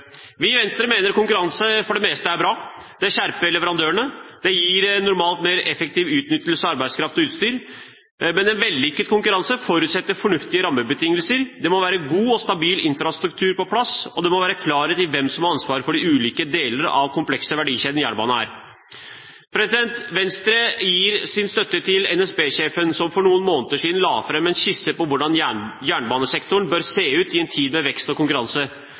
Vi i Venstre mener konkurranse for det meste er bra. Det skjerper leverandørene, og det gir normalt mer effektiv utnyttelse av arbeidskraft og utstyr, men en vellykket konkurranse forutsetter fornuftige rammebetingelser. Det må være god og stabil infrastruktur på plass, og det må være klarhet i hvem som har ansvaret for de ulike deler av den komplekse verdikjeden jernbane er. Venstre gir sin støtte til NSB-sjefen, som for noen måneder siden la fram en skisse for hvordan jernbanesektoren bør se ut i en tid med vekst og konkurranse.